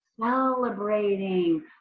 celebrating